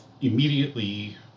immediately